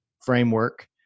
framework